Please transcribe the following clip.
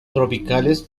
tropicales